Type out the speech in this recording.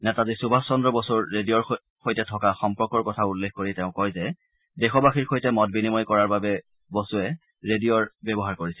নেতাজী সুভাষ চন্দ্ৰ বসুৰ ৰেডিঅৰ সৈতে থকা সম্পৰ্কৰ কথা উল্লেখ কৰি তেওঁ কয় যে দেশবাসীৰ সৈতে মত বিনিময় কৰাৰ বাবে বসুৱে ৰেডিঅ'ৰ ব্যৱহাৰ কৰিছিল